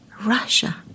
Russia